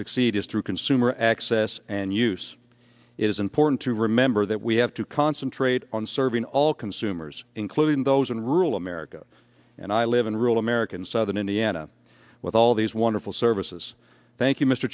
succeed is through consumer access and use it is important to remember that we have to concentrate on serving all consumers including those in rural america and i live in rural america in southern indiana with all these wonderful services thank you mr